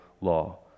law